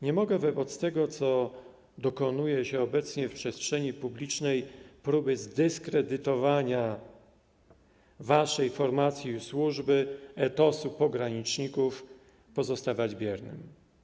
Nie mogę wobec tego, co dokonuje się obecnie w przestrzeni publicznej, czyli wobec próby zdyskredytowania waszej formacji i służby etosu pograniczników, pozostawać biernym.